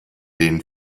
den